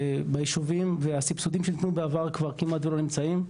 בישובים והסיבסודים שניתנו בעבר כבר כמעט ולא נמצאים.